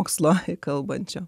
mokslo kalbančio